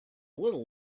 little